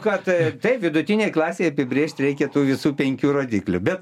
kad taip vidutinei klasei apibrėžt reikia tų visų penkių rodiklių bet